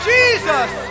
Jesus